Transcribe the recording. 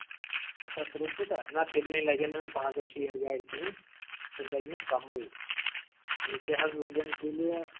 اکھ ہَتھ تٔرہ کوٗتاہ نہ تیٚلہِ نٕے لَگہِ نہٕ پانٛژھ شیٹھ گاڈِ کِہیٖنۍ نہٕ تیٚلہِ لَگہِ مےٚ کاہوٕے بیٚیہِ کیاہ حظ لَگیم تیٚلہِ